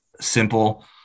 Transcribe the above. simple